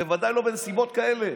בוודאי לא בנסיבות כאלה.